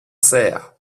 saire